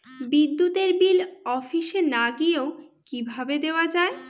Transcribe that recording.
বিদ্যুতের বিল অফিসে না গিয়েও কিভাবে দেওয়া য়ায়?